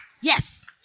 yes